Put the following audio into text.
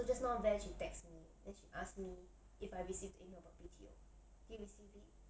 so just now van she text me then she ask me if I received email for B_T_O did you receive it